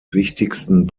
wichtigsten